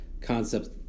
concepts